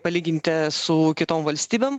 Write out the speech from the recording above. palyginti su kitom valstybėm